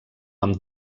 amb